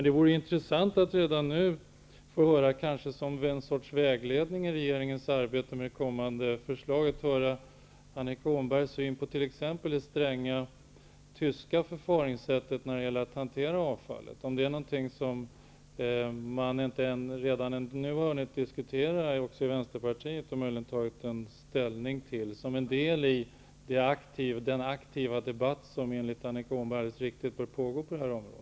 Det vore intressant att redan nu, kanske som en sorts vägledning för regeringens arbete med kommande förslag -- höra Annika Åhnbergs syn på t.ex. det stränga tyska förfaringssättet när det gäller att hantera avfallet. Det är kanske någonting som man redan nu har diskuterat i Vänsterpartiet och möjligen tagit ställning till, som en del i den aktiva debatt som enligt Annika Åhnberg alldeles riktigt bör pågå på det här området.